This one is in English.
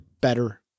better